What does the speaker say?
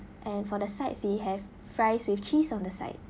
and for the sides we have fries with cheese on the side